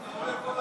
אתה עולה כל הזמן.